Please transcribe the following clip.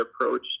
approach